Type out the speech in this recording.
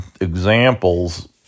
examples